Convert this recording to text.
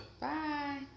Bye